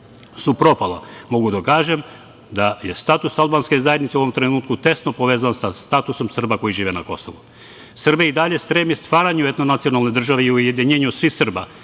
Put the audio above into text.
su propala. Mogu da kažem, da je status albanske zajednice u ovom trenutku tesno povezan sa statusom Srba koji žive na Kosovu. Srbija i dalje stremi stvaranju jedne nacionalne države i ujedinjenju svih Srba,